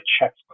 checks